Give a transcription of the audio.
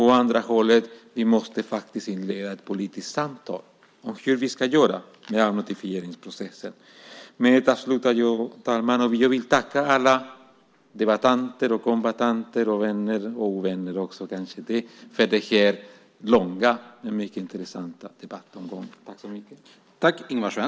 Å andra sidan måste vi inleda ett politiskt samtal om hur vi ska göra med avnotifieringsprocessen. Herr talman! Med detta slutar jag mitt anförande. Jag vill tacka alla debattörer, kombattanter, vänner och kanske också ovänner för den långa men mycket intressanta debattomgången.